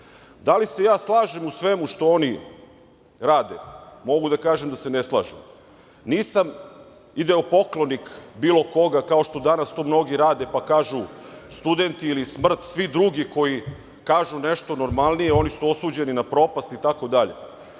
li se ja slažem u svemu što oni rade? Mogu da kažem da se ne slažem. Nisam ideopoklonik bilo koga, kao što danas to mnogi rade, pa kažu - studenti ili smrt, svi drugi koji kažu nešto normalnije, oni su osuđeni na propast itd.